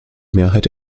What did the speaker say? mehrheit